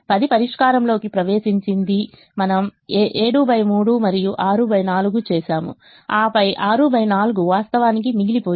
10 పరిష్కారంలోకి ప్రవేశించింది మనము 73 మరియు 64 చేసాము ఆపై 64 వాస్తవానికి మిగిలిపోయింది